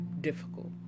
difficult